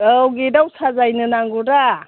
औ गेटआव साजायनो नांगौ दा